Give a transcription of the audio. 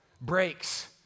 breaks